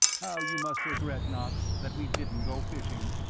how you must regret, knox, that we didn't go fishing!